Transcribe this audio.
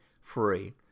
free